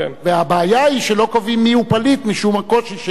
והבעיה היא שלא קובעים מיהו פליט משום הקושי של